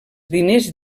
diners